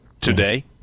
Today